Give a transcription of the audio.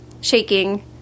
shaking